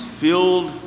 filled